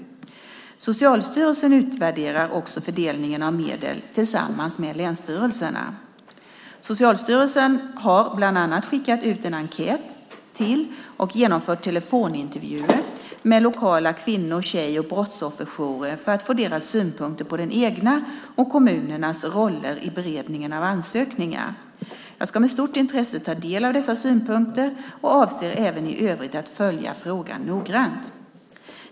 Socialstyrelsen utvärderar också fördelningen av medel tillsammans med länsstyrelserna. Socialstyrelsen har bland annat skickat ut en enkät till och genomfört telefonintervjuer med lokala kvinno-, tjej och brottsofferjourer för att få deras synpunkter på den egna rollen och på kommunernas roll i beredningen av ansökningar. Jag ska med stort intresse ta del av dessa synpunkter och avser även i övrigt att följa frågan noggrant.